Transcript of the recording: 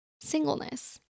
singleness